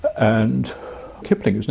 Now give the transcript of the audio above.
and kipling and